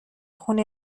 خون